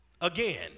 again